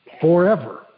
forever